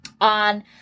On